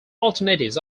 alternatives